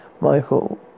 Michael